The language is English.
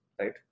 right